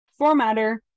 formatter